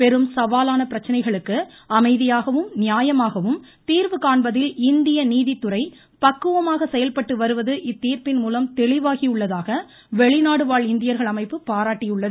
பெரும் சவாலான பிரச்சனைகளுக்கு அமைதியாகவும் நியாயமாகவும் தீர்வு காண்பதில் இந்திய நீதித்துறை பக்குவமாக செயல்பட்டு வருவது இத்தீர்ப்பின்மூலம் தெளிவாகியுள்ளதாக வெளிநாடு வாழ் இந்தியர்கள் அமைப்பு பாராட்டியுள்ளது